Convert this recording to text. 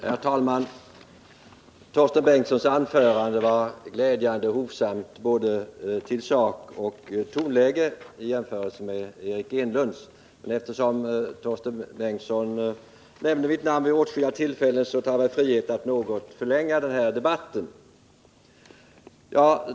Herr talman! Torsten Bengtsons anförande var glädjande hovsamt både till sak och till tonläge i jämförelse med Eric Enlunds. Men eftersom Torsten Bengtson nämnde mitt namn vid åtskilliga tillfällen, tar jag mig friheten att något förlänga denna debatt.